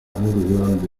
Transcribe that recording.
angehören